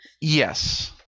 Yes